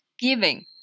Giving